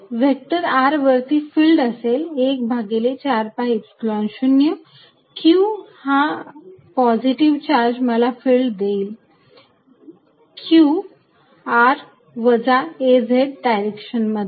तर vector r वरती field असेल एक भागिले 4 pi Epsilon 0 q हा पॉझिटिव्ह चार्ज मला फिल्ड देईल q r वजा a Z डायरेक्शन मध्ये